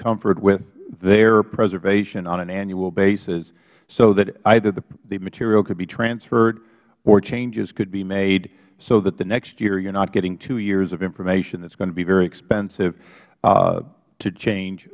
comfort with their preservation on an annual basis so that either the material could be transferred or changes could be made so that the next year you are not getting two years of information that is going to be very expensive to change